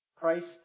Christ